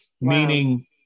Meaning-